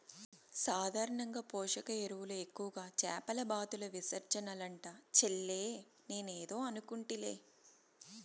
సాధారణంగా పోషక ఎరువులు ఎక్కువగా చేపల బాతుల విసర్జనలంట చెల్లే నేనేదో అనుకుంటిలే